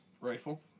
rifle